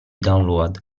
download